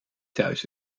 thuis